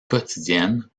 quotidienne